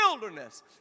wilderness